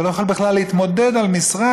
אתה לא יכול בכלל להתמודד על משרה,